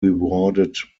rewarded